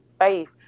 faith